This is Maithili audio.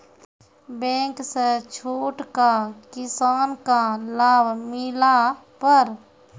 बैंक से छूट का किसान का लाभ मिला पर?